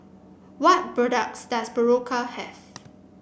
what products does Berocca have